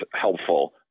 helpful